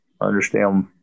Understand